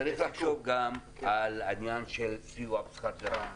צריך לחשוב גם על העניין של סיוע בשכר דירה.